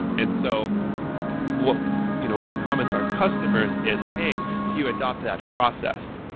and so what you know what we promise our customers is, hey, if you adopt that process,